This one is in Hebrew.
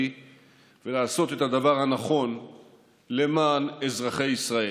ולעשות את הדבר הנכון למען אזרחי ישראל.